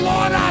Lord